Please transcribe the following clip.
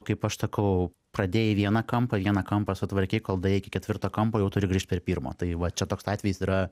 kaip aš sakau pradėjai vieną kampą vieną kampą sutvarkei kol daėjai iki ketvirto kampo jau turi grįžt prie pirmo tai va čia toks atvejis yra